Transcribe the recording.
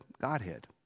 Godhead